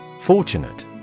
Fortunate